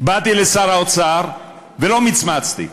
באתי לשר האוצר ולא מצמצתי,